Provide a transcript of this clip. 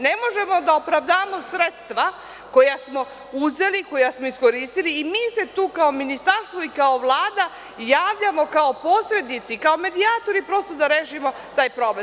Ne možemo da opravdamo sredstva koja smo uzeli, koja smo iskoristili, i mi se tu kao Ministarstvo i kao Vlada javljamo kao posrednici, kao medijatori da rešimo taj problem.